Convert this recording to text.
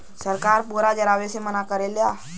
सरकार पुअरा जरावे से मना करेला